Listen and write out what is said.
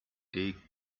take